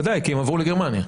ודאי, כי הם עברו לגרמניה.